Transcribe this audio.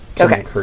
Okay